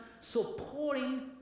supporting